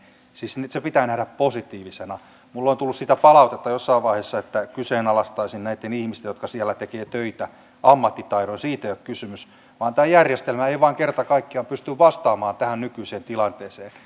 siis se pitää nähdä positiivisena minulle on tullut siitä palautetta jossain vaiheessa että kyseenalaistaisin näitten ihmisten jotka siellä tekevät töitä ammattitaidon siitä ei ole kysymys vaan tämä järjestelmä ei vain kerta kaikkiaan pysty vastaamaan tähän nykyiseen tilanteeseen